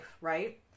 right